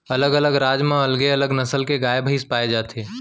अलग अलग राज म अलगे अलग नसल के गाय भईंस पाए जाथे